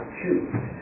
choose